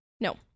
No